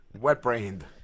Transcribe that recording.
wet-brained